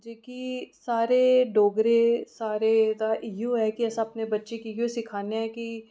जेह्की सारे डोगरे सारें दा इ'यै कि अस अपने बच्चें गी इ'ऐ सिक्खानेआं कि